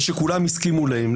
ושכולם הסכימו להם.